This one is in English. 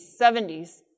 70s